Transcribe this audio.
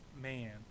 man